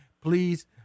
please